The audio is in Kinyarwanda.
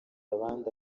abandi